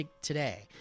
today